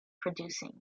producing